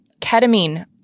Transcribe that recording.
Ketamine